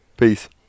Peace